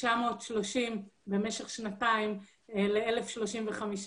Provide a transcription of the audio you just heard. מ-930 במשך שנתיים ל-1,035.